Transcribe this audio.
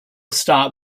start